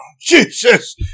Jesus